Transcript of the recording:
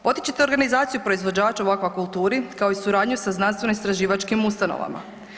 Potičite organizaciju proizvođača u aquakulturi kao i suradnju sa znanstveno-istraživačkim ustanovama.